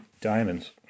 diamonds